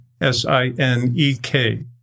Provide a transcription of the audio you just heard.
S-I-N-E-K